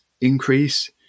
increase